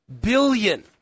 billion